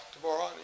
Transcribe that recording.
tomorrow